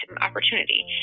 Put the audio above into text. opportunity